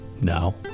Now